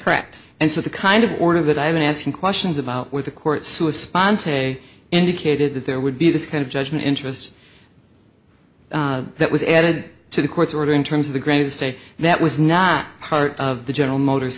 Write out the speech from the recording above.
correct and so the kind of order that i've been asking questions about with the court sue a sponsor a indicated that there would be this kind of judgement interest that was added to the court's order in terms of the granite state that was not part of the general motors